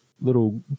little